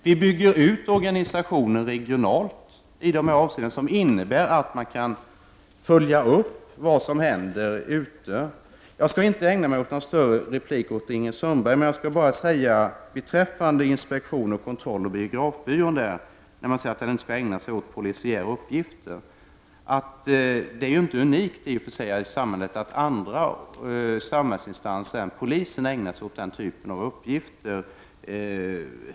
Vi bygger ut organisationen regionalt, vilket innebär att man kan följa upp vad som händer ute i landet. Jag skall inte ägna mig åt någon större replikväxling med Ingrid Sundberg. Beträffande inspektion och kontroll av biografbyrån säger Ingrid Sundberg att den inte skall ägna sig åt polisiära uppgifter. Jag skall då säga att det inte är så unikt i och för sig i samhället att andra samhällsinstanser än polisen ägnar sig åt den typen av uppgifter.